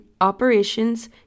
operations